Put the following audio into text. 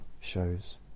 shows